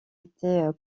été